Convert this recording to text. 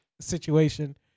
situation